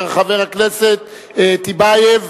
של חבר הכנסת רוברט טיבייב,